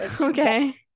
okay